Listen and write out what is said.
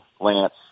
Lance